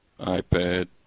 iPad